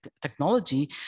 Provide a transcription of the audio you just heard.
technology